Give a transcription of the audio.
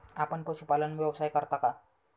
आपण पशुपालन व्यवसाय करता का?